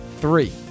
Three